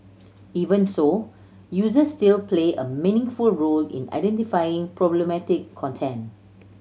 even so user still play a meaningful role in identifying problematic content